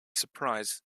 surprise